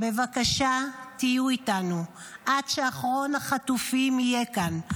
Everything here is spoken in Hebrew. בבקשה, תהיו איתנו עד שאחרון החטופים יהיה כאן.